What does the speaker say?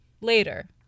later